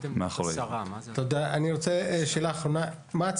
תחנה 10